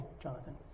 Jonathan